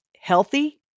healthy